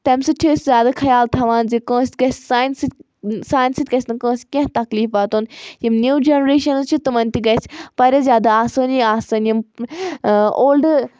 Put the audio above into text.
تمہِ سۭتۍ چھِ أسۍ زیادٕ خیال تھاوان زِ کٲنٛسہِ گژھِ سانہِ سۭتۍ سانہِ سۭتۍ گژھِ نہٕ کٲنٛسہِ کینٛہہ تَکلیٖف واتُن یِم نِو جَنریشَنٕز چھِ تِمَن تہِ گژھِ واریاہ زیادٕ آسٲنی آسان یِم اولڈٕ